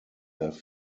have